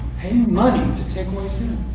paying money to take away sins.